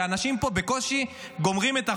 שאנשים פה בקושי גומרים את החודש.